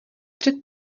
před